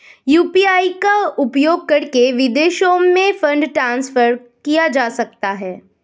UPI का उपयोग करके विदेशों में फंड ट्रांसफर किया जा सकता है?